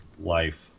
life